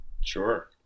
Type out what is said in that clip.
sure